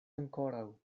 ankoraŭ